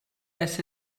ers